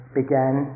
began